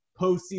postseason